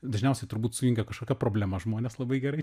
dažniausiai turbūt sujungia kažkokia problema žmones labai gerai